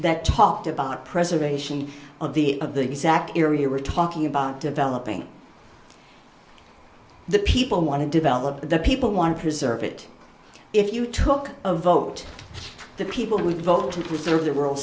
that talked about preservation of the of the exact area we're talking about developing the people want to develop the people want to preserve it if you took a vote for the people who would vote to preserve the